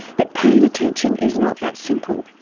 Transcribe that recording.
but paying attention is not that simple.